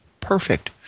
perfect